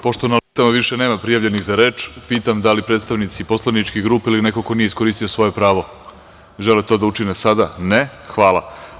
Pošto na listama više nema prijavljenih za reč, pitam da li predstavnici poslaničkih grupa ili neko ko nije iskoristio svoje pravo želi to da učini sada? (Ne.) Hvala.